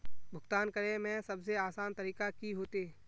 भुगतान करे में सबसे आसान तरीका की होते?